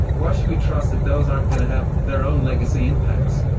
why should we trust that those aren't going to have their own legacy impacts?